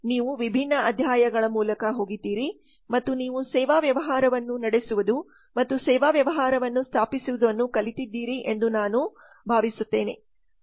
ನೀವು ವಿಭಿನ್ನ ಅಧ್ಯಾಯಗಳ ಮೂಲಕ ಹೋಗಿದ್ದೀರಿ ಮತ್ತು ನೀವು ಸೇವಾ ವ್ಯವಹಾರವನ್ನು ನಡೆಸುವುದು ಅಥವಾ ಸೇವಾ ವ್ಯವಹಾರವನ್ನು ಸ್ಥಾಪಿಸವುದನ್ನು ಕಲಿತಿದ್ದೀರಿ ಎಂದು ನಾನು ಭಾವಿಸುತ್ತೇನೆ